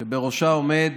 שבראשה עומד